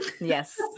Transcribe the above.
yes